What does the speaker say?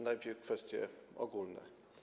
Najpierw kwestie ogóle.